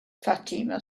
fatima